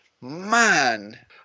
man